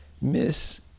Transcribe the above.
miss